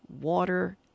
water